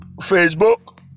facebook